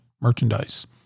merchandise